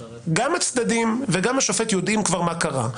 כי כאשר זה מלפני שלוש שנים גם הצדדים וגם השופט יודעים כבר מה קרה.